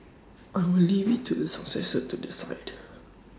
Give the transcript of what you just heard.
I will leave IT to the successor to decide